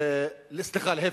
סליחה, להיפך.